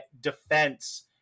defense